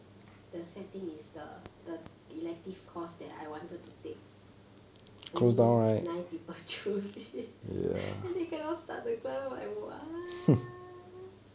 the setting is the the elective course that I wanted to take only nine people choose it then they cannot start the class I'm like what